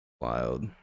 wild